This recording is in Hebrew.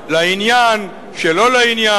לעניין, שלא לעניין.